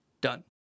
done